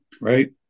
right